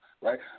right